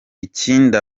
ikindi